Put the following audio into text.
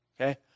Okay